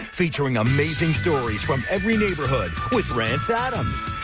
featuring amazing stories from every neighborhood with rance adams.